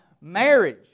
Marriage